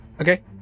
Okay